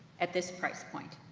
at this price point,